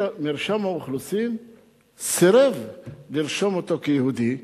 מרשם האוכלוסין סירב לרשום אותו כיהודי.